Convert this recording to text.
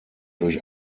durch